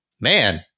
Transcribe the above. man